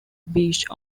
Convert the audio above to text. beach